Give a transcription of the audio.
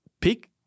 pick